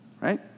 Right